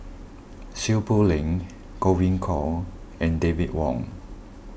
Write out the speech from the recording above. Seow Poh Leng Godwin Koay and David Wong